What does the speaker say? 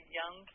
young